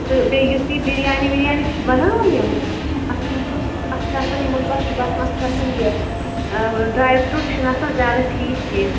تہٕ بیٚیہِ یُس یہِ بِریانی وِریانی چھِ بَناوان یِم اَتھ چھِ آسان اَتھ چھُ آسان یِمو دوٚپ اَسہِ چھُ باسان اَتھ چھُ آسان یہِ ڈرٛاے فرٛوٗٹ یہِ چھُنہٕ آسان زیادٕ ٹھیٖک کیٚنٛہہ